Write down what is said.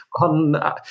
on